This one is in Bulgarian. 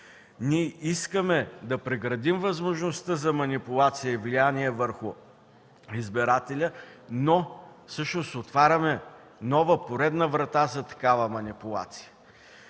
Ние искаме да прекратим възможността за манипулации и влияние върху избирателя, но всъщност отваряме нова, поредна врата за такава манипулация.